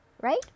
Right